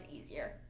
easier